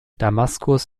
damaskus